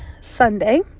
Sunday